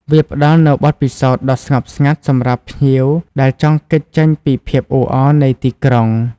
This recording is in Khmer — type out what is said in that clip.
វាផ្តល់នូវបទពិសោធន៍ដ៏ស្ងប់ស្ងាត់សម្រាប់ភ្ញៀវដែលចង់គេចចេញពីភាពអ៊ូអរនៃទីក្រុង។